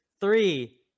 Three